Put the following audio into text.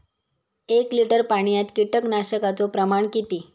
एक लिटर पाणयात कीटकनाशकाचो प्रमाण किती?